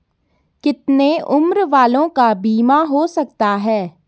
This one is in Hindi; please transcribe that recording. कितने उम्र वालों का बीमा हो सकता है?